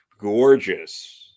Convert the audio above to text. gorgeous